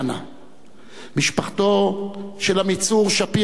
משפחתו של עמיצור שפירא, זיכרונו לברכה,